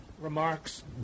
remarks